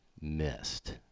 missed